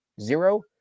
zero